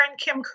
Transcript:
Kim